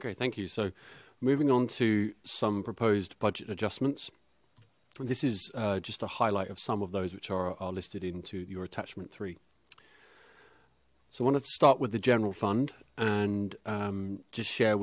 okay thank you so moving on to some proposed budget adjustments this is just a highlight of some of those which are listed into your attachment three so i wanted to start with the general fund and just share